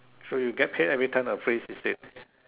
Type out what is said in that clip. so you get paid everytime a phrase is said